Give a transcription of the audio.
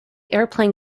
airplane